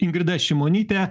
ingrida šimonytė